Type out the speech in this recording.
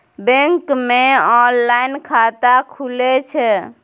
Bank मे online खाता खुले छै?